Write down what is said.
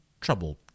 trouble